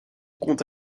compte